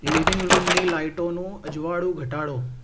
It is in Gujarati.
લિવિંગ રૂમની લાઇટનું અજવાળું ઘટાડો